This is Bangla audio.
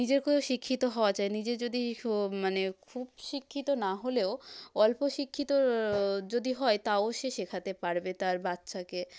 নিজেরকও শিক্ষিত হওয়া চাই নিজে যদি শো মানে খুব শিক্ষিত না হলেও অল্প শিক্ষিতর যদি হয় তাও সে শেখাতে পারবে তার বাচ্ছাকে